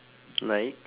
like